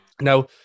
now